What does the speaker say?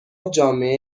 جامعه